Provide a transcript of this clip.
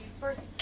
first